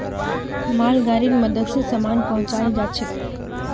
मालगाड़ीर मदद स सामान पहुचाल जाछेक